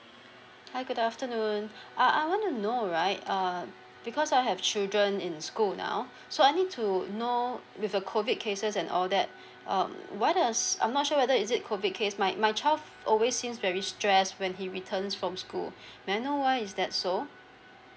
hi good afternoon uh I wanna know right err because I have children in school now so I need to know with the COVID cases and all that um what else I'm not sure whether is it COVID case my my child always seems very stressed when he returns from school may I know why is that so